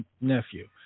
nephew